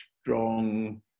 strong